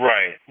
Right